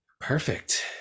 perfect